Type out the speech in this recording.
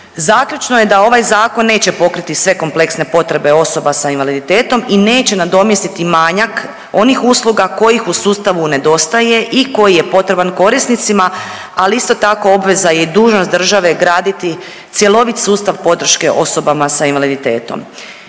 Zaključno je da ovaj zakon neće pokriti sve kompleksne potrebe osoba sa invaliditetom i neće nadomjestiti manjak onih usluga kojih u sustavu nedostaje i koji je potreban korisnicima, ali isto tako obveza je i dužnost države graditi cjelovit sustav podrške osobama sa invaliditetom.